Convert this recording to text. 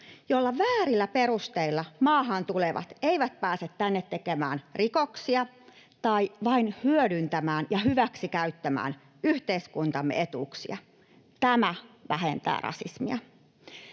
jotta väärillä perusteilla maahan tulevat eivät pääse tänne tekemään rikoksia tai vain hyödyntämään ja hyväksikäyttämään yhteiskuntamme etuuksia. Tämä vähentää rasismia.